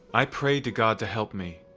i prayed to god to help me,